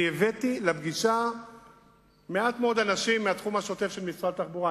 הבאתי לפגישה מעט מאוד אנשים מהתחום השוטף של משרד התחבורה.